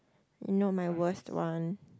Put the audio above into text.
you know my worst one